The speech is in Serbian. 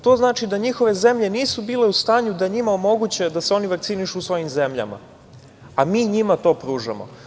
To znači da njihove zemlje nisu bile u stanju da njima omoguće da se oni vakcinišu u svojim zemljama, a mi njima to pružamo.